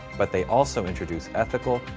but they also introduce ethical,